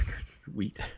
Sweet